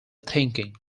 thinking